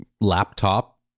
laptop